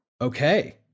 Okay